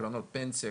קרנות פנסיה,